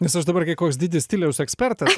nes aš dabar kai koks didis stiliaus ekspertas